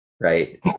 right